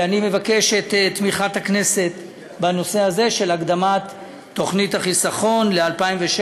אני מבקש את תמיכת הכנסת בנושא הזה של הקדמת תוכנית החיסכון ל-2016.